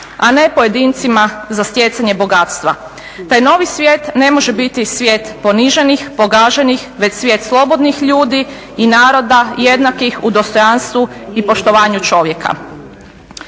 a ne pojedincima za stjecanje bogatstva. Taj novi svijet ne može biti svijet poniženih, pogaženih, već svijet slobodnih ljudi i naroda jednakih u dostojanstvu i poštovanju čovjeka."